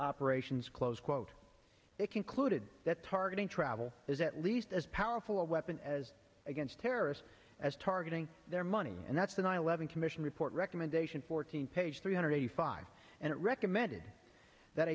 operations close quote they concluded that targeting travel is at least as powerful a weapon as against terrorists as targeting their money and that's a nine eleven commission report recommendation fourteen page three hundred eighty five and it recommended that